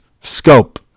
scope